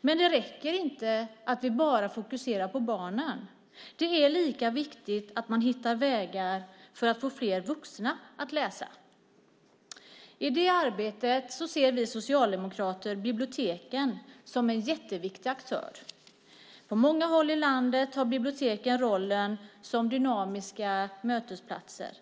Men det räcker inte att vi fokuserar bara på barnen. Det är lika viktigt att man hittar vägar för att få fler vuxna att läsa. I det arbetet ser vi socialdemokrater biblioteken som en viktig aktör. På många håll i landet har biblioteken rollen av dynamiska mötesplatser.